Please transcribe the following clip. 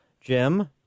Jim